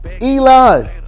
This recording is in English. Elon